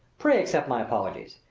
pray accept my apologies.